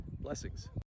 Blessings